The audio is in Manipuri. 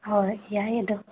ꯍꯣꯏ ꯌꯥꯏ ꯑꯗꯣ